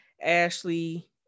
Ashley